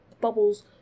bubbles